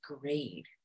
grade